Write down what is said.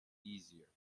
easier